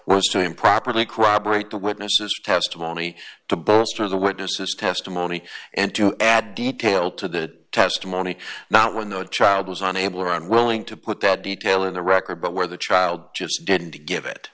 so improperly corroborate the witnesses testimony to bolster the witnesses testimony and to add detail to that testimony not when the child was unable or unwilling to put that detail in the record but where the child just didn't give it